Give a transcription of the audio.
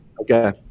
Okay